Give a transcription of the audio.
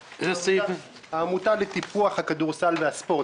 העמותה לטיפוח הכדורסל והספורט.